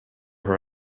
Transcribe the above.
her